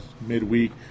midweek